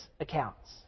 accounts